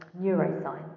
neuroscience